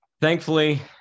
thankfully